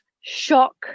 shock